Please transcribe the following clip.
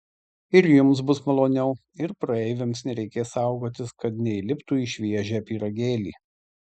ir jums bus maloniau ir praeiviams nereikės saugotis kad neįliptų į šviežią pyragėlį